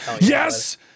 yes